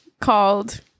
Called